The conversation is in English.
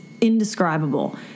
indescribable